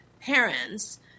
parents –